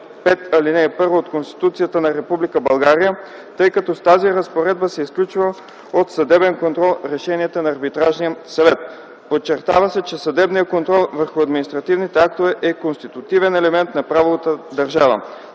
125, ал. 1 от Конституцията на Република България, тъй като с тази разпоредба се изключват от съдебен контрол решенията на Арбитражния съвет. Подчертава се, че съдебният контрол върху административните актове е „конститутивен елемент на правовата държава”.